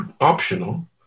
optional